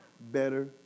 better